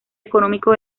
económico